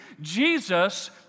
Jesus